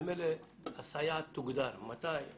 ממילא הסייעת תוגדר, מתי?